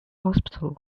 hospital